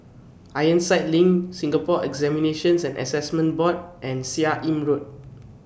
Ironside LINK Singapore Examinations and Assessment Board and Seah Im Road